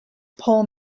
pole